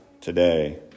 today